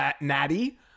natty